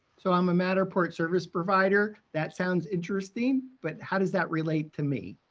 so i'm a matterport service provider, that sounds interesting, but how does that relate to me?